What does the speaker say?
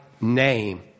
name